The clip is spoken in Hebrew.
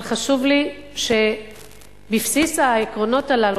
אבל חשוב לי שבבסיס העקרונות הללו,